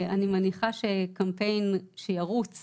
אני מניחה שקמפיין שירוץ